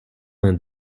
vingt